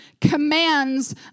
commands